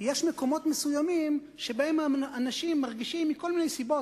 מקומות מסוימים שבהם אנשים מרגישים מכל מיני סיבות,